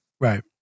Right